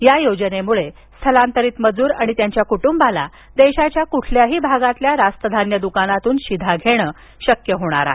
या योजनेमुळे स्थलांतरित मजूर आणि त्यांच्या कुटुंबाला देशाच्या कुठल्याही भागातील रास्त धान्य दुकानातून शिधा घेणे शक्य होणार आहे